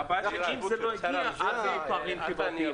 המנכ"לית.